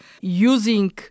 using